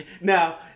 Now